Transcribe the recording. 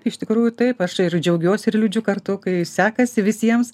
iš tikrųjų taip aš ir džiaugiuosi ir liūdžiu kartu kai sekasi visiems